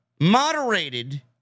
moderated